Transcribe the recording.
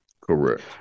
Correct